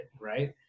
Right